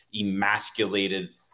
emasculated